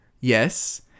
Yes